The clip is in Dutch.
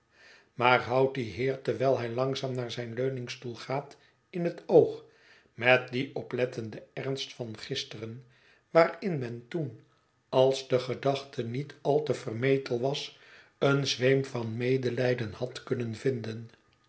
maar houdt dien heer terwijl hij langzaam naar zijn leuningstoel gaat in het oog met dien oplettenden ernst van gisteren waarin men toen als de gedachte niet al te vermetel was een zweem van medelijden had kunnen vinden